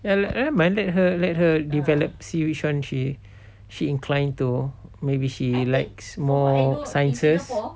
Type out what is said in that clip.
well nevermind let her let her develop see which one she inclined to maybe she likes more sciences